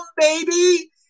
baby